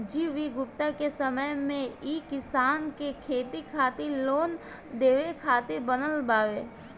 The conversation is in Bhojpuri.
जी.वी गुप्ता के समय मे ई किसान के खेती खातिर लोन देवे खातिर बनल बावे